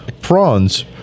prawns